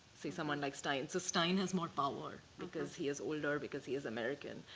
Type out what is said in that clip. say, someone like stein. so stein has more power because he is older, because he is american.